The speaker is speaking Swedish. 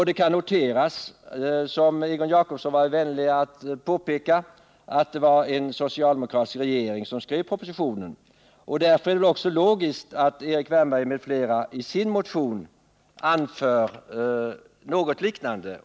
Det kan noteras, som Egon Jacobsson var vänlig att påpeka, att det var en socialdemokratisk regering som skrev propositionen, och därför är det väl också logiskt att Erik Wärnberg m.fl. i sin motion anför något liknande.